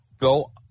go